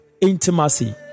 intimacy